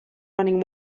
running